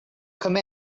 come